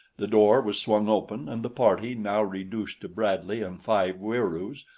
the door was swung open, and the party, now reduced to bradley and five wieroos,